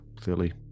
clearly